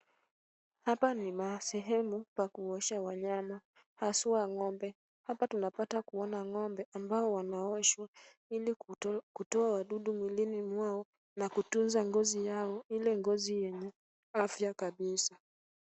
Hapa ni masehemu pa kuoshea wanyama haswa ng'ombe. Hapa tunapata kuona ng'ombe ambao wanaoshwa ili kutoa wadudu mwilini mwao na kutunza ngozi yao, ile ngozi yenye afya kabisa.